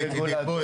רגע,